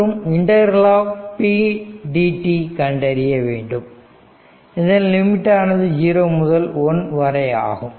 மற்றும் ∫ p dt கண்டறிய வேண்டும் இதன் லிமிட் ஆனது 0 முதல் 1 வரை ஆகும்